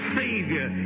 savior